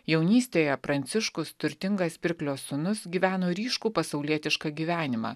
jaunystėje pranciškus turtingas pirklio sūnus gyveno ryškų pasaulietišką gyvenimą